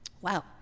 Wow